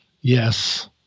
Yes